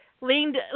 leaned